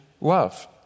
love